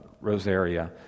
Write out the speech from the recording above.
Rosaria